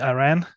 Iran